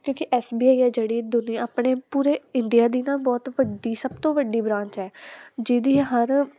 ਕਿਉਂਕਿ S B I ਆ ਜਿਹੜੀ ਦੁਨੀਆ ਆਪਣੇ ਪੂਰੇ ਇੰਡੀਆ ਦੀ ਨਾ ਬਹੁਤ ਵੱਡੀ ਸਭ ਤੋਂ ਵੱਡੀ ਬਰਾਂਚ ਹੈ ਜਿਹਦੀ ਹਰ